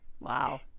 wow